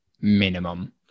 minimum